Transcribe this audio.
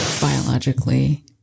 biologically